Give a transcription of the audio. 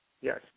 Yes